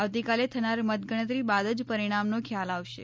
આવતીકાલે થનાર મતગણતરી બાદ જ પરિણામનો ખ્યાલ આવશે